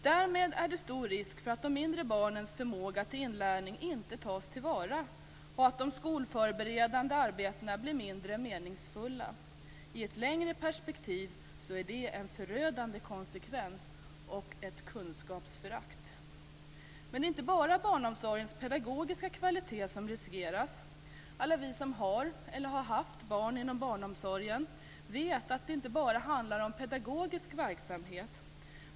Därmed är det stor risk för att de mindre barnens förmåga till inlärning inte tas till vara och att det skolförberedande arbetet blir mindre meningsfullt. I ett längre perspektiv är det en förödande konsekvens och ett kunskapsförakt. Men det är inte bara barnomsorgens pedagogiska kvalitet som riskeras. Alla vi som har eller har haft barn inom barnomsorgen vet att det inte bara handlar om pedagogisk verksamhet.